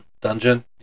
dungeon